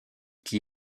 qui